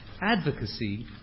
advocacy